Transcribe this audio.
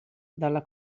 dalla